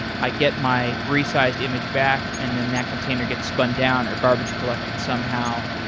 i get my resized image back and then that container gets spun down or garbage collected somehow.